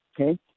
okay